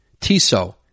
Tiso